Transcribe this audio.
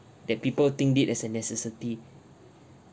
that people think it as a necessity